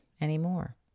anymore